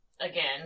again